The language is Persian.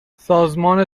سازمان